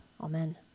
Amen